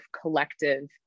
collective